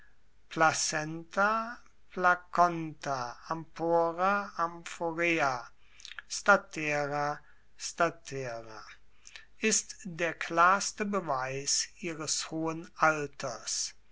ampora statera ist der klarste beweis ihres hohen alters